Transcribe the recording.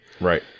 Right